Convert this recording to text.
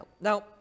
Now